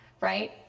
right